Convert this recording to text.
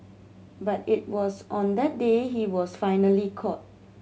but it was on that day he was finally caught